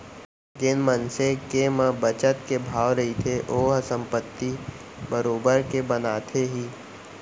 जेन मनसे के म बचत के भाव रहिथे ओहा संपत्ति बरोबर के बनाथे ही